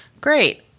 Great